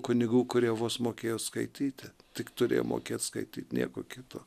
kunigų kurie vos mokėjo skaityti tik turėjo mokėt skaityt nieko kito